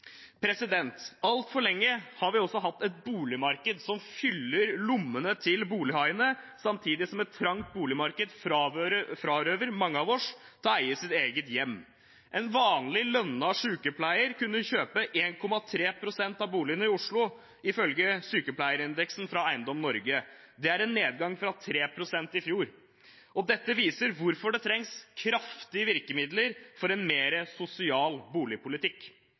Altfor lenge har vi også hatt et boligmarked som fyller lommene til bolighaiene, samtidig som et trangt boligmarked frarøver mange av oss muligheten til å eie sitt eget hjem. En vanlig lønnet sykepleier kunne kjøpe 1,3 pst. av boligene i Oslo, ifølge sykepleierindeksen fra Eiendom Norge. Det er en nedgang fra 3 pst. i fjor. Dette viser hvorfor det trengs kraftige virkemidler for en mer sosial boligpolitikk.